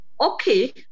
Okay